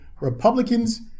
Republicans